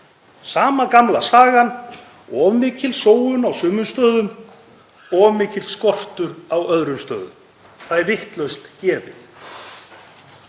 sama gamla sagan; of mikil sóun á sumum stöðum, of mikill skortur á öðrum stöðum. Það er vitlaust gefið.